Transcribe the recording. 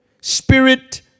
spirit